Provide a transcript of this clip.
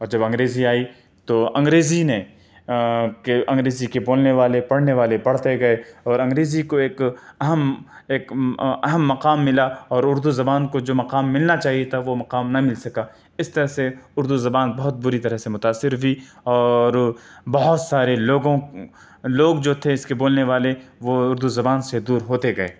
اور جب انگریزی آئی تو انگریزی نے کہ انگریزی کے بولنے والے پڑھنے والے پڑھتے گئے اور انگریزی کو ایک اہم ایک اہم مقام ملا اور اردو زبان کو جو مقام ملنا چاہیے تھا وہ مقام نہ مل سکا اس طرح سے اردو زبان بہت بری طرح سے متاثر ہوئی اور بہت سارے لوگوں لوگ جو تھے اس کے بولنے والے وہ اردو زبان سے دور ہوتے گئے